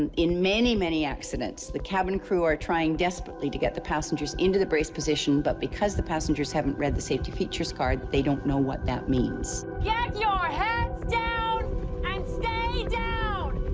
and in many, many accidents, the cabin crew are trying desperately to get the passengers into the brace position. but because the passengers haven't read the safety features card, they don't know what that means. get yeah your heads down and stay down.